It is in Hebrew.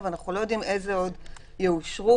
אלא מדובר למעשה בקישור שנשלח על ידי המשטרה לטלפון,